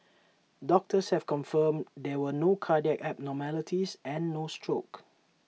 doctors have confirmed there were no cardiac abnormalities and no stroke